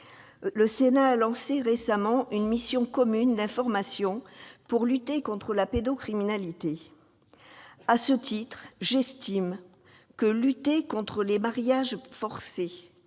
Le Sénat a lancé récemment une mission commune d'information pour lutter contre la pédocriminalité. À ce titre, j'estime que lutter contre les mariages forcés,